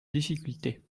difficultés